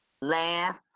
laugh